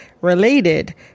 related